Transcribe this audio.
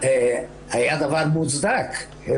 החשוב הוא להיות חלק מקהילה תומכת.